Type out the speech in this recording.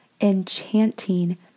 enchanting